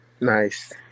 nice